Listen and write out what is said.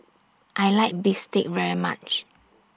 I like Bistake very much